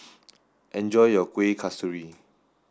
enjoy your Kuih Kasturi